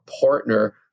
partner